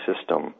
system